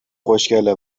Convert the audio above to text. خوشگله